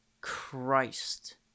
Christ